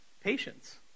patience